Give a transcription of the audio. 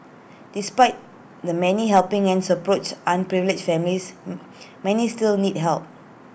despite the many helping hands approach underprivileged families many still need help